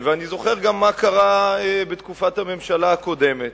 ואני זוכר גם מה קרה בתקופת הממשלה הקודמת,